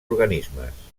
organismes